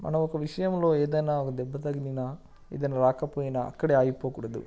మనం ఒక విషయంలో ఏదైనా ఒక దెబ్బ తగిలిన ఏదైనా రాకపోయినా అక్కడే ఆగిపోకూడదు